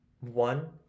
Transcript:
One